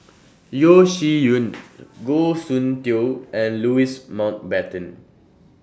Yeo Shih Yun Goh Soon Tioe and Louis Mountbatten